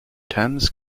thames